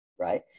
right